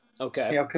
Okay